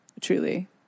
truly